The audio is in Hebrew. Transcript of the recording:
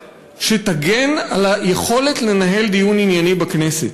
שתגן על היכולת לנהל דיון ענייני בכנסת.